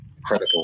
Incredible